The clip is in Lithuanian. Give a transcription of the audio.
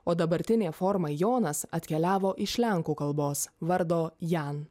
o dabartinė forma jonas atkeliavo iš lenkų kalbos vardo jan